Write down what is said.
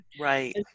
Right